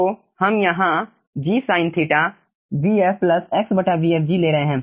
तो हम यहाँ Gsin vf प्लस xvfg ले रहे हैं